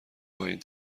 پایین